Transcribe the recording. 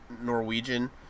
Norwegian